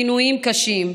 עינויים קשים,